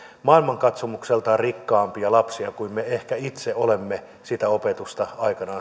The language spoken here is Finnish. maailmankatsomukseltaan rikkaampia lapsia kuin me itse olemme ehkä sitä opetusta